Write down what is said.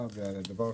הישיבה.